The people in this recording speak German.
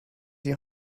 die